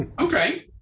Okay